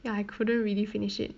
ya I couldn't really finish it